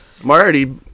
Marty